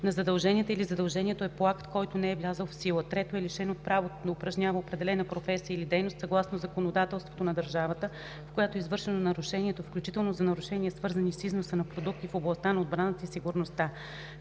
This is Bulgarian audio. на задълженията или задължението е по акт, който не е влязъл в сила; 3. лишен е от правото да упражнява определена професия или дейност съгласно законодателството на държавата, в която е извършено нарушението, включително за нарушения, свързани с износа на продукти в областта на отбраната и сигурността;